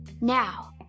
Now